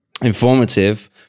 informative